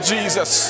Jesus